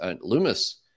Loomis